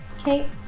Okay